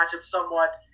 somewhat